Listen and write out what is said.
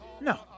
No